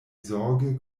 zorge